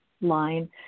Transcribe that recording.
line